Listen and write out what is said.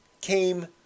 came